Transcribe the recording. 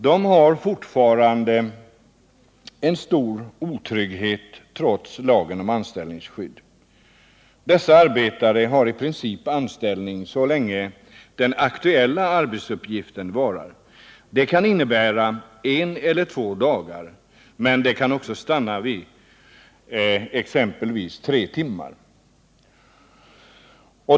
Dessa arbetare har fortfarande en stor otrygghet, trots lagen om anställningsskydd. De har i princip anställning så länge den aktuella arbetsuppgiften varar. Det kan innebära en eller två dagar, men det kan också gälla exempelvis tre timmar.